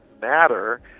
matter